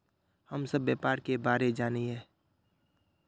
हम सब व्यापार के बारे जाने हिये?